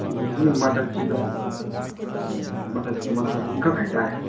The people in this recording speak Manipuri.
ꯑꯗꯨꯒꯤ ꯃꯊꯛꯁꯤꯗ ꯃꯊꯛꯁꯤꯗ ꯃꯊꯣꯜ ꯑꯃꯈꯛ ꯍꯥꯏꯇꯥꯔꯦ